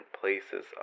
places